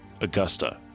Augusta